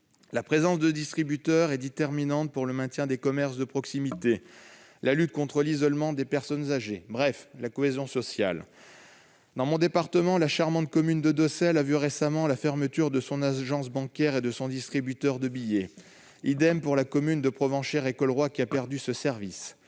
la présence de distributeurs est déterminante pour le maintien des commerces de proximité et la lutte contre l'isolement des personnes âgées, bref pour la cohésion sociale. Dans mon département, la charmante commune de Docelles a récemment vu son agence bancaire fermer et son distributeur de billets disparaître. pour la commune de Provenchères-et-Colroy, qui a perdu ce service.